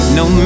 no